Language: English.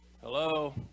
Hello